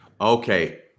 Okay